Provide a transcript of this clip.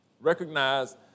recognize